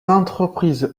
entreprise